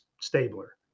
Stabler